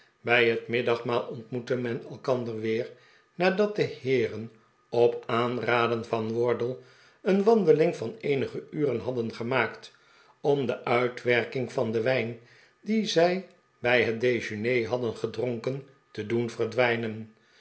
bij het middagmaal ontmoette men elkander weer na'dat de heeren op aanraden van wardle een wandeling van eenige uren hadden gemaakt om de uitwerking van den wijn dien zij bij het dejeuner hadden gedronken te doen verdwijnen